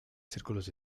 círculos